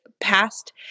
past